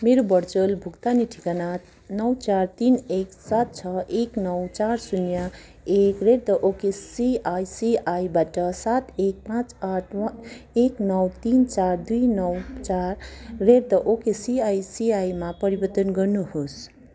मेरो भर्चुअल भुक्तानी ठेगाना नौ चार तिन एक सात छ एक नौ चार शून्य एक रेट द ओके सिआइसिआईबाट सात एक पाँच आठ नौ एक नौ तिन चार दुई नौ चार रेट द ओकेसिआइसिआईमा परिवर्तन गर्नुहोस्